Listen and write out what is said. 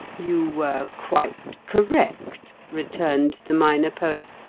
you were quite correct, returned the minor poet.